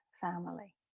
family